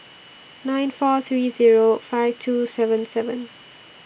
nine four three Zero five two seven seven